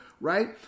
right